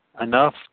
enough